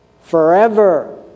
Forever